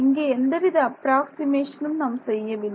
இங்கே எந்த வித அப்ராக்ஸிமேஷனும் நாம் செய்யவில்லை